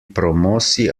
promossi